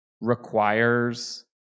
requires